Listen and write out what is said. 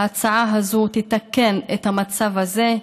ההצעה הזו תתקן את המצב הזה,